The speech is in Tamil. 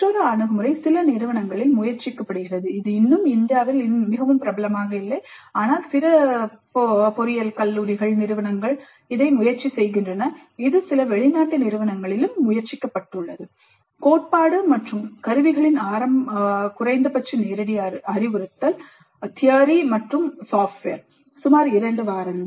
மற்றொரு அணுகுமுறை சில நிறுவனங்களில் முயற்சிக்கப்படுகிறது இது இன்னும் இந்தியாவில் மிகவும் பிரபலமாக இல்லை ஆனால் சில நிறுவனங்கள் முயற்சி செய்கின்றன இது சில வெளிநாட்டு நிறுவனங்களிலும் முயற்சிக்கப்பட்டுள்ளது கோட்பாடு மற்றும் கருவிகளின் ஆரம்ப குறைந்தபட்ச நேரடி அறிவுறுத்தல் சுமார் 2 வாரங்கள்